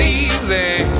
easy